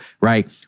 right